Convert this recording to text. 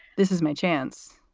this is my chance,